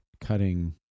cutting